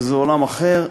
זה עולם אחר.